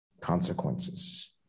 consequences